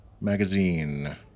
magazine